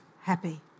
happy